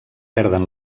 perden